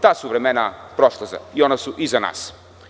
Ta su vremena prošla i ona su iza nas.